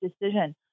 decision